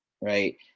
right